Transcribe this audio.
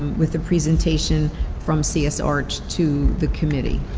with a presentation from cs arch to the committee.